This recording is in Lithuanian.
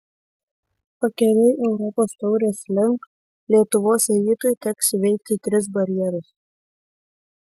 pakeliui europos taurės link lietuvos rytui teks įveikti tris barjerus